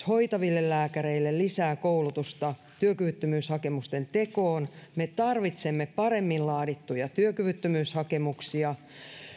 hoitaville lääkäreille lisää koulutusta työkyvyttömyyshakemusten tekoon me tarvitsemme paremmin laadittuja työkyvyttömyyshakemuksia